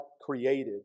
created